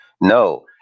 No